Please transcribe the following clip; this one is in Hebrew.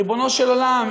ריבונו של עולם,